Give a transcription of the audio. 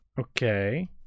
Okay